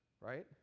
right